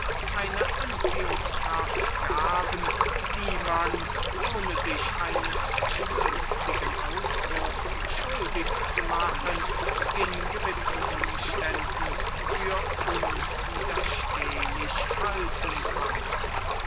eine gewisse anziehungskraft gaben die man ohne sich eines schwülstigen ausdrucks schuldig zu machen in gewissen umständen für unwiderstehlich halten konnte